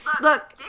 Look